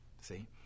See